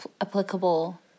applicable